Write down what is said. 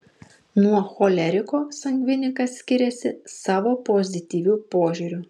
nuo choleriko sangvinikas skiriasi savo pozityviu požiūriu